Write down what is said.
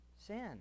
Sin